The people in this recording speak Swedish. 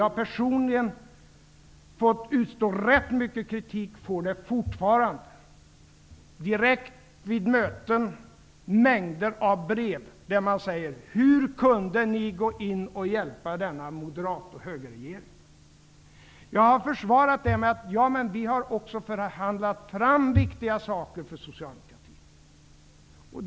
Jag har personligen fått utstå rätt mycket kritik och får det fortfarande, direkt vid möten och genom mängder av brev, där man säger: Hur kunde ni gå in och hjälpa denna moderat och högerregering? Jag har försvarat det med att vi också har förhandlat fram viktiga saker för socialdemokratin.